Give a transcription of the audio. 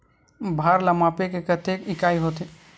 भार ला मापे के कतेक इकाई होथे?